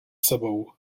sebou